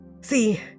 See